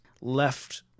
left